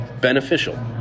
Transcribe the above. beneficial